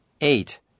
Eight